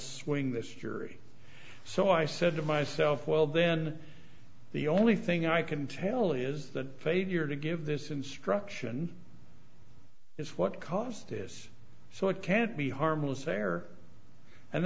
swing this jury so i said to myself well then the only thing i can tell is that failure to give this instruction is what caused this so it can't be harmless error and